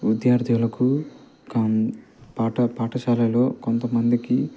విద్యార్థులకు కామ్ పాఠ పాఠశాలలో కొంతమందికి